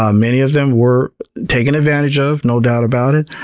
um many of them were taken advantage of, no doubt about it,